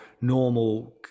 normal